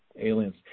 Aliens